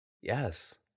Yes